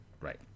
Right